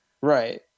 right